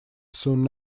soon